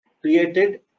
created